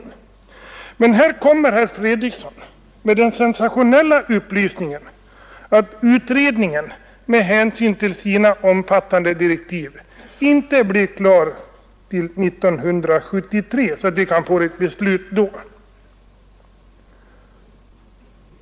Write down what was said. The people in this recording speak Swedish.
Nu lämnar dock herr Fredriksson den sensationella upplysningen att utredningen med hänsyn till sina direktiv inte blir klar till 1973, så att det kan fattas ett beslut då.